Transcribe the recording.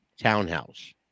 townhouse